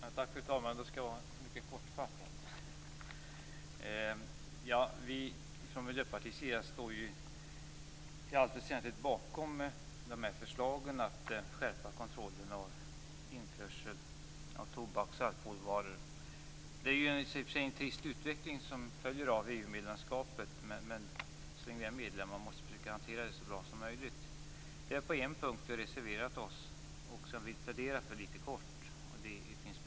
Fru talman! Jag skall vara mycket kortfattad. Vi från Miljöpartiet står i allt väsentligt bakom förslagen om att skärpa kontrollen av införsel av alkohol och tobaksvaror. Det är i och för sig en trist utveckling som följer av EU-medlemskapet, men så länge vi är medlemmar måste vi försöka hantera det så bra som möjligt. Vi har reserverat oss på en punkt, som jag litet kort vill plädera för.